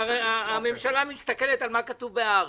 הממשלה מסתכלת על מה שכתוב ב"הארץ".